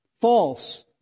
false